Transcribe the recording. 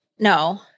No